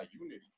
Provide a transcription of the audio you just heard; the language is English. unity